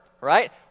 right